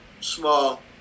Small